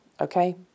Okay